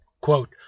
quote